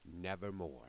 nevermore